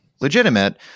Legitimate